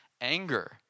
anger